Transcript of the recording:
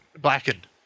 blackened